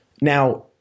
Now